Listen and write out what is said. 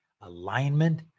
alignment